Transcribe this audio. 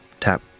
tap